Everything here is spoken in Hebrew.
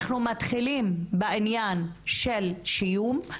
אנחנו מתחילים בעניין של שיום.